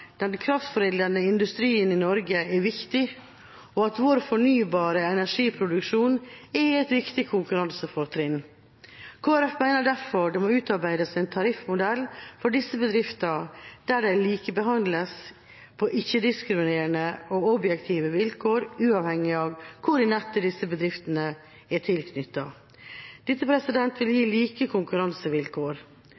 den kraftforedlende industrien i Norge er viktig, og at vår fornybare energiproduksjon er et viktig konkurransefortrinn. Kristelig Folkeparti mener derfor det må utarbeides en tariffmodell for disse bedriftene der de likebehandles på ikke-diskriminerende og objektive vilkår, uavhengig av hvor i nettet disse bedriftene er tilknyttet. Dette vil gi